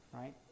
Right